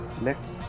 Next